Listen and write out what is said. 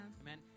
Amen